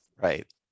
Right